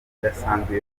idasanzwe